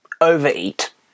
overeat